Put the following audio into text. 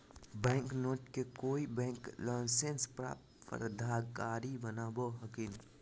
bank note के कोय bank licence प्राप्त प्राधिकारी बनावो हखिन